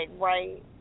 right